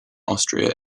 austria